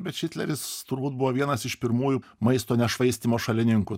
bet šitleris turbūt buvo vienas iš pirmųjų maisto nešvaistymo šalininkų